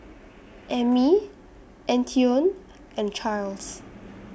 Emmie Antione and Charles